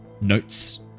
notes